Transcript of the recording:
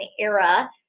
era